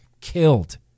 killed